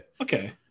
Okay